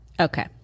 Okay